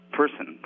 person